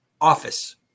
office